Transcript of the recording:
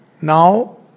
now